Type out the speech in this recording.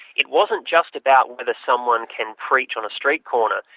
it wasn't just about whether someone can preach on a street corner,